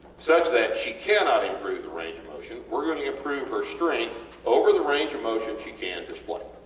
such that she cannot improve the range of motion, were going to improve her strength over the range of motion she can display,